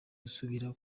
gusubira